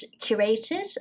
curated